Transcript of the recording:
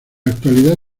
actualidad